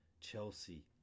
Chelsea